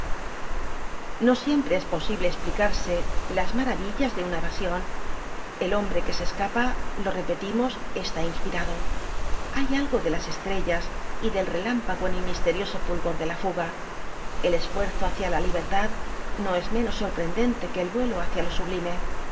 no siempre es posible esplicarse las maravillas de una evasion el hombre que se escapa lo repetimos está inspirado hay algo de las estrellas y del relámpago en el misterioso fulgor de la fuga el esfuerzo hácia la libertad no es menos sorprendente que el vuelo hácia lo sublime